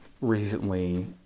recently